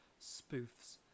spoofs